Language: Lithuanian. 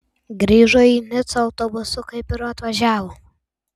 grįžo į nicą autobusu kaip ir atvažiavo